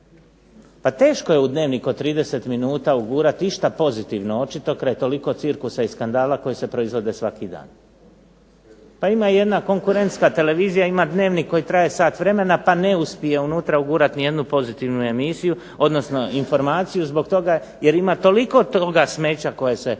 Pa teško je u Dnevniku od 30 minuta ugurati išta pozitivno, očito kraj toliko cirkusa i skandala koji se proizvode svaki dan. Pa ima jedna konkurentska televizija, ima Dnevnik koji traje sat vremena pa ne uspije unutra ugurati ni jednu pozitivnu emisiju, odnosno informaciju zbog toga jer ima toliko toga smeća koje se